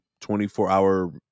24-hour